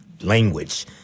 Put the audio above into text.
language